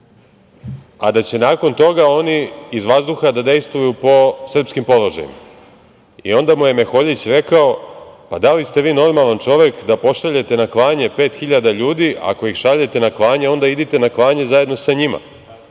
a da će nakon toga oni iz vazduha da dejstvuju po srpskim položajima i onda mu je Meholjić rekao - pa, da li ste vi normalan čovek da pošaljete na klanje 5.000 ljudi, ako ih šaljete na klanje, onda idite na klanje zajedno sa njima.